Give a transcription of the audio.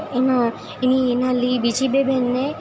એના એની એના લી બીજી બે બેનને